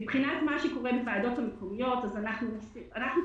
מבחינת מה שקורה בוועדות המקומיות מינהל